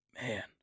man